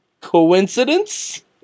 Coincidence